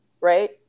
right